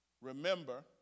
Remember